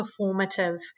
performative